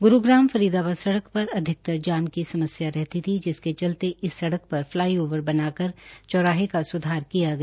ग्रूग्राम फरीदाबाद सड़क पर अधिकतर जाम की समस्या रहती थी जिसके चलते इस सड़क पर फलाईओवर बनाकर चौहारे का सुधार किया गया